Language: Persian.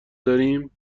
داریم